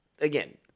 again